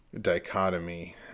dichotomy